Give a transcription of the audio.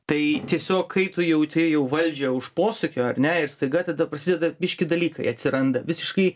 tai tiesiog kai tu jauti jau valdžią už posūkio ar ne ir staiga tada prasideda biškį dalykai atsiranda visiškai